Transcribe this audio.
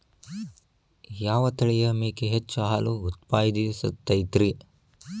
ಯಾವ ತಳಿಯ ಮೇಕೆ ಹೆಚ್ಚು ಹಾಲು ಉತ್ಪಾದಿಸತೈತ್ರಿ?